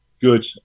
good